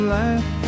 life